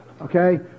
Okay